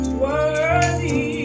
worthy